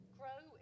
grow